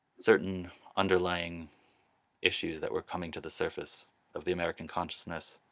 certain underlying issues that were coming to the surface of the american consciousness,